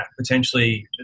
potentially